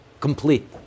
complete